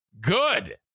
Good